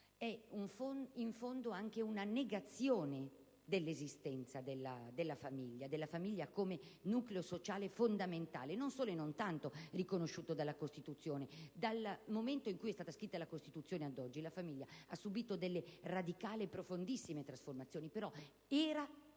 è, in fondo, anche una negazione dell'esistenza della famiglia come nucleo sociale fondamentale, non solo e non tanto riconosciuto dalla Costituzione. Dal momento in cui è stata scritta la Costituzione ad oggi, la famiglia ha subìto delle radicali e profondissime trasformazioni, però era